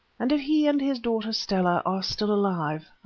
and if he and his daughter stella are still alive.